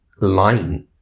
line